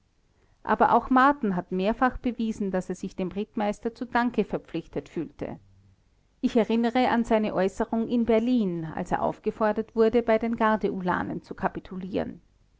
aber auch marten hat mehrfach bewiesen daß er sich dem rittmeister zu danke verpflichtet fühlte ich erinnere an seine äußerung in berlin als er aufgefordert wurde bei den gardeulanen zu kapitulieren